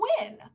win